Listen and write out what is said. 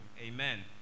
Amen